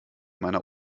meiner